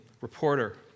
reporter